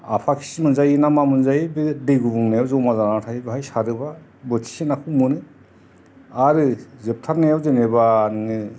आफाखि मोनजायो ना मा मोनजायो बे दै गुबुंनायाव जमा जानानै थायो बेहाय सारोबा बोथिसे नाखौ मोनो आरो जोबथारनायाव जेनेबा नोङो